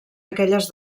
aquelles